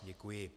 Děkuji.